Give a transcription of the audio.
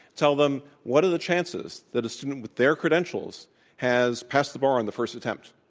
tellthem, what are the chances that a student with their credentials has passed the bar on the first attempt